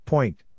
Point